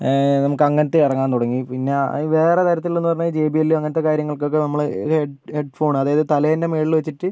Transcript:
നമുക്ക് അങ്ങനത്തേം ഇറങ്ങാൻ തുടങ്ങി പിന്നെ വേറെ തരത്തിലുള്ളതെന്ന് പറഞ്ഞാൽ ജെ ബി എൽ അങ്ങനത്തെ കാര്യങ്ങൾക്കൊക്കെ നമ്മൾ ഹെഡ് ഹെഡ്ഫോണ് അതായത് തലേന്റെ മേളിൽ വെച്ചിട്ട്